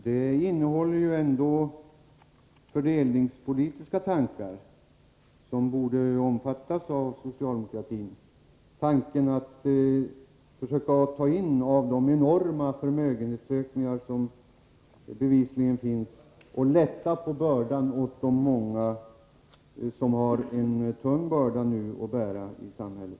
Det bygger på fördelningspolitiska tankar som borde omfattas av socialdemokraterna, bl.a. att man bör försöka dra in en del av de enorma förmögenhetsökningar som bevisligen skett och göra det lättare för de många som nu har en tung börda att bära i samhället.